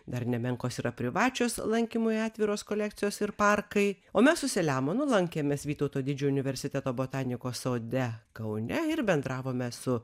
dar nemenkos yra privačios lankymui atviros kolekcijos ir parkai o mes su saliamonu lankėmės vytauto didžiojo universiteto botanikos sode kaune ir bendravome su